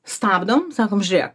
stabdom sakom žiūrėk